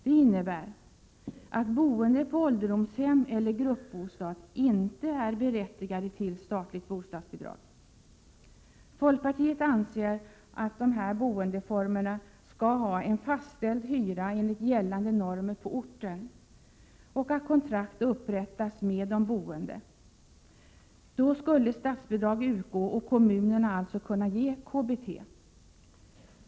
Det innebär att boende på ålderdomshem eller i gruppbostad inte är berättigade till statligt bostadsbidrag. Folkpartiet anser att även dessa boendeformer skall ha en fastställd hyra enligt gällande normer på orten och att kontrakt skall upprättas med de boende. Därmed skulle statsbidrag utgå och kommunerna alltså kunna ge KBT.